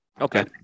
Okay